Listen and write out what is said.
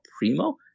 Primo